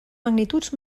magnituds